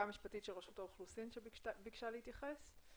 המשפטית של רשות האוכלוסין שביקשה להתייחס.